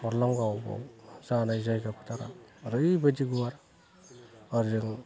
बरलामगावआव जानाय जायगा फोथारा ओरैबायदि गुवार आरो जों